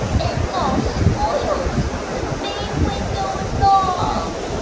it's all spoilt! the bay window an' all!